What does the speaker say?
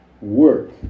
work